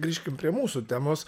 grįžkim prie mūsų temos